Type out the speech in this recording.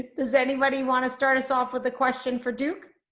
does anybody want to start us off with a question for duke?